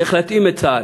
צריך להתאים את צה"ל,